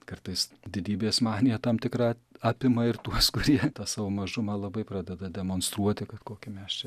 kartais didybės manija tam tikra apima ir tuos kurie tą savo mažumą labai pradeda demonstruoti kad koki mes čia